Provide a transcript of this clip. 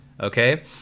Okay